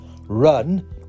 RUN